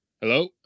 Hello